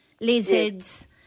lizards